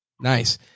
Nice